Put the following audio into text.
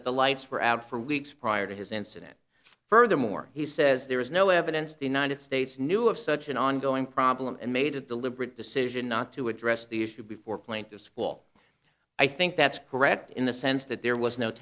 that the lights were out for weeks prior to his incident furthermore he says there is no evidence the united states knew of such an ongoing problem and made a deliberate decision not to address the issue before plaintiffs fall i think that's correct in the sense that there was no